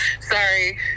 sorry